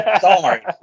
Sorry